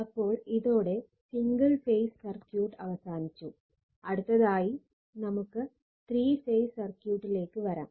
അപ്പോൾ ഇതോടെ single phase circuit വരാം